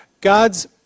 God's